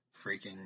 freaking